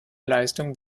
leistung